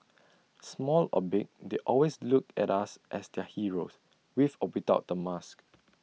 small or big they always look at us as their heroes with or without the mask